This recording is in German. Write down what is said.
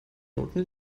noten